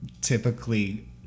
typically